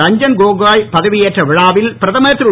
ரஞ்சன் கோகோய் பதவியேற்ற விழாவில் பிரதமர் திரு